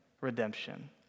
redemption